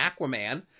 Aquaman